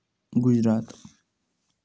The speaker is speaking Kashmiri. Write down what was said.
گُجرات